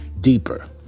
deeper